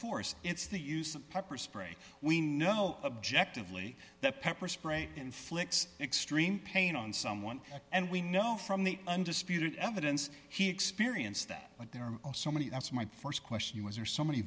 force it's the use of pepper spray we know objective lee the pepper spray inflicts extreme pain on someone and we know from the undisputed evidence he experienced that but there are also many that's my st question was are so many